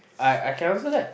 I I can answer that